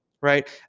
right